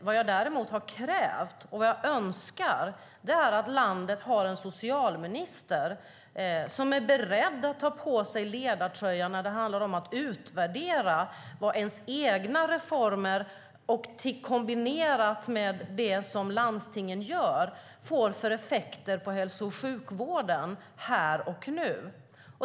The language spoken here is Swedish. Vad jag däremot har krävt och önskar är att landet har en socialminister som är beredd att ta på sig ledartröjan när det handlar om att utvärdera vad ens egna reformer, kombinerat med det som landstingen gör, får för effekter på hälso och sjukvården här och nu.